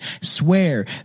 swear